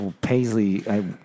Paisley